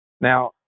Now